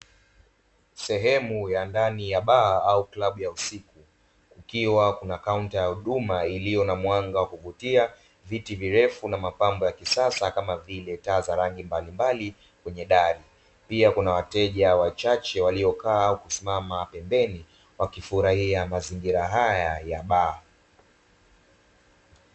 Sehemu ya ndani ya baa au klabu ya usiku, kukiwa kuna kaunta ya huduma iliyo na mwanga wa kuvutia, viti virefu na mapambo ya kisasa kama vile, taa za rangi mbalimbali kwenye dari, pia kuna wateja wachache waliokaa au kusimama pembeni, wakifurahia mazingira haya ya baa.